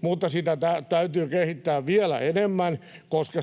mutta sitä täytyy kehittää vielä enemmän, koska